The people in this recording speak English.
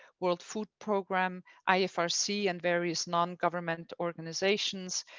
world food program, ifc and various non-government organizations,